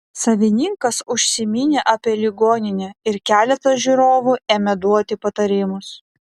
savininkas užsiminė apie ligoninę ir keletas žiūrovų ėmė duoti patarimus